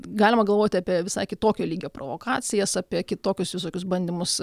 galima galvoti apie visai kitokio lygio provokacijas apie kitokius visokius bandymus